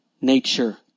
Nature